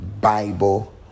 Bible